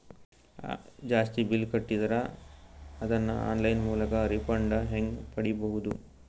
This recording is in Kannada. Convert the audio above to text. ಜಾಸ್ತಿ ಬಿಲ್ ಕಟ್ಟಿದರ ಅದನ್ನ ಆನ್ಲೈನ್ ಮೂಲಕ ರಿಫಂಡ ಹೆಂಗ್ ಪಡಿಬಹುದು?